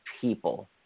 people